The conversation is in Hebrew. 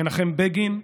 מנחם בגין,